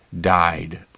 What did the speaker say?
died